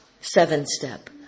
seven-step